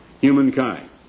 humankind